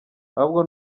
ahubwo